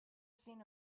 seen